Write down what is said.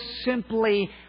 simply